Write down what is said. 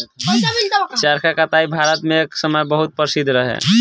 चरखा कताई भारत मे एक समय बहुत प्रसिद्ध रहे